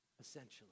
essentially